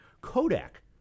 Kodak